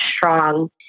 strong